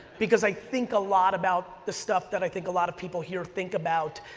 because i think a lot about the stuff that i think a lot of people here think about,